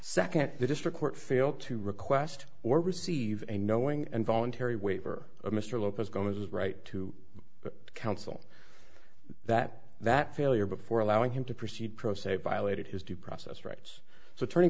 second the district court failed to request or receive a knowing and voluntary waiver of mr lopez goes right to counsel that that failure before allowing him to proceed pro se violated his due process rights so t